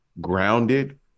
grounded